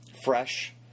Fresh